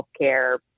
healthcare